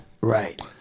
Right